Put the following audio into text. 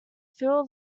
phil